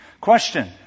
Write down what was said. Question